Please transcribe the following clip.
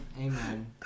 Amen